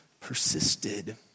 persisted